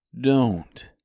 don't